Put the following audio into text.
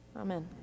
Amen